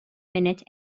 minute